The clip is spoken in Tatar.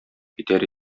китәр